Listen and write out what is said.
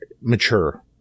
mature